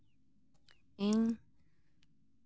ᱤᱧ